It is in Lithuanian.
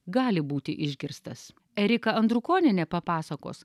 gali būti išgirstas erika andrukonienė papasakos